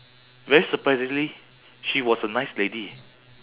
very surprisingly she was a nice lady